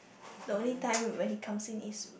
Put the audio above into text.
the only time when he comes in is